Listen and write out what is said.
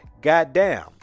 goddamn